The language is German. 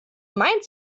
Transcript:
mein